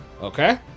Okay